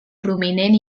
prominent